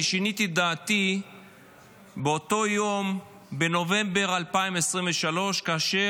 אני שיניתי את דעתי באותו יום בנובמבר 2023 כאשר